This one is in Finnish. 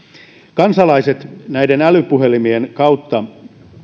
kansalaiset älypuhelimien kautta